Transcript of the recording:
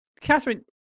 Catherine